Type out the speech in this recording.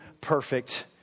perfect